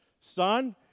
Son